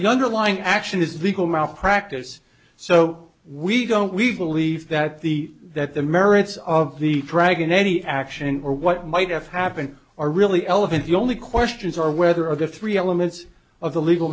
the underlying action is the call malpractise so we don't we believe that the that the merits of the dragon any action or what might have happened or really elevate the only questions are whether of the three elements of the legal